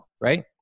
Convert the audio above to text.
right